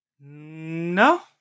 No